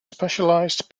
specialised